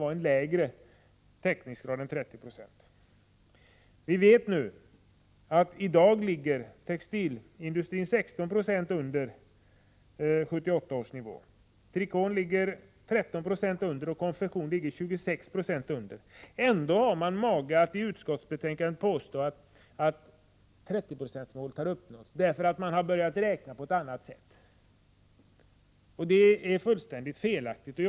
I dag ligger vår egen textilindustri 16 26 under 1978 års nivå, trikåindustrin 13 26 under och konfektionen 26 Zo under. Ändå har man mage att i utskottsbetänkandet påstå att 30-procentsmålet har uppnåtts. Man har helt enkelt börjat räkna på ett annat sätt, och det är fullständigt fel att göra det.